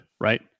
right